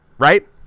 Right